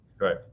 Right